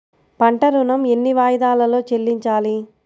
పంట ఋణం ఎన్ని వాయిదాలలో చెల్లించాలి?